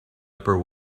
upper